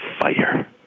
fire